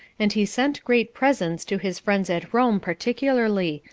and he sent great presents to his friends at rome particularly,